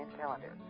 calendar